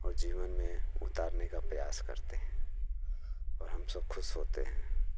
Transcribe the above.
और जीवन में उतारने का प्रयास करते हैं और हम सब ख़ुश होते हैं